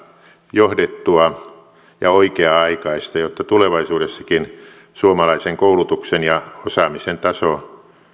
johdettua ja oikea aikaista jotta tulevaisuudessakin suomalaisen koulutuksen ja osaamisen taso